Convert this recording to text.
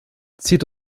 zieht